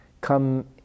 come